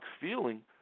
feeling